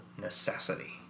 necessity